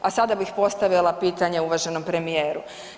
A sada bih postavila pitanje uvaženom premijeru.